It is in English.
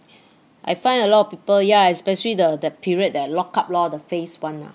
I find a lot of people yeah especially the that period that lock up lor the phase one ah